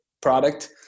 product